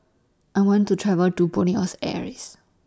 I want to travel to Buenos Aires